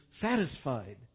satisfied